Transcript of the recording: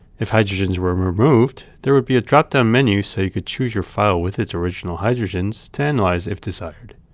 if hydrogens were um removed, there would be a drop-down menu so you could choose your file with its original hydrogens to analyze if desired.